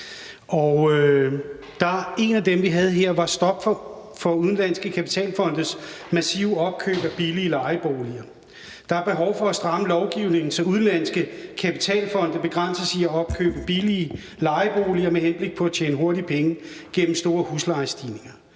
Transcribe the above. et af dem, vi havde her, var stop for udenlandske kapitalfondes massive opkøb af billige lejeboliger. Der er behov for at stramme lovgivningen, så udenlandske kapitalfonde begrænses i at opkøbe billige lejeboliger med henblik på at tjene hurtige penge gennem store huslejestigninger.